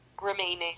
remaining